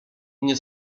nie